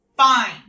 Fine